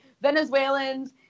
Venezuelans